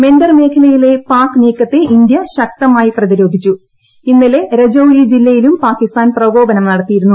mentor മേഖലയിലെ പാക് നീക്കത്തെ ഇന്ത്യ ശക്തമായി പ്രതിരോധിച്ചു ഇന്നലെ രജൌരി ജില്ലയിലും പാകിസ്ഥാൻ പ്രകോപനം നടത്തിയിരുന്നു